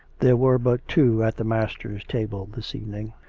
there were but two at the master's table this evening,